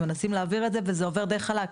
מנסים להעביר את זה וזה עובר די חלק,